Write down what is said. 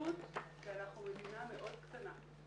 האנונימיות כי אנחנו מדינה מאוד קטנה.